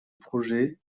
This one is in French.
projet